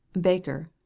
Baker